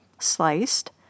sliced